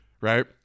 Right